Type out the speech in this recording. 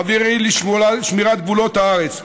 חברי לשמירת גבולות הארץ,